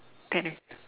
ten o~